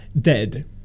Dead